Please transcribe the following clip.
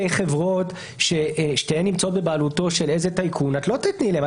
חברות ששתיהן נמצאות בבעלותו של איזה טייקון את לא תיתני להם,